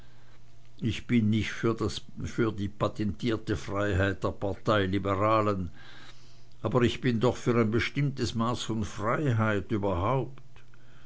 ich bin nicht für die patentierte freiheit der parteiliberalen aber ich bin doch für ein bestimmtes maß von freiheit überhaupt